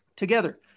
Together